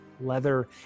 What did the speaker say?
leather